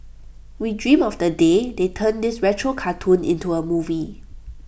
we dream of the day they turn this retro cartoon into A movie